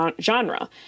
genre